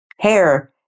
Hair